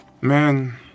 man